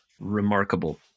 remarkable